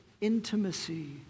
intimacy